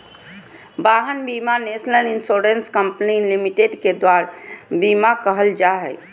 वाहन बीमा national insurance company limited के दुआर बीमा कहल जाहइ